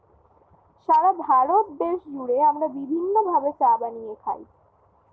সারা ভারত দেশ জুড়ে আমরা বিভিন্ন ভাবে চা বানিয়ে খাই